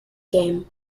game